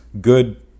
good